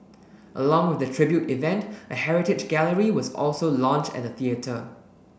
along with the tribute event a heritage gallery was also launch at the theatre